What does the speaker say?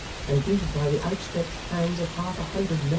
and greeted by the outstretched hands of half a hundred men,